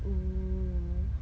oo